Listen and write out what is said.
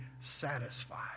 satisfied